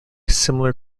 similar